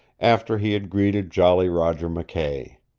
after he had greeted jolly roger mckay.